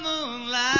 Moonlight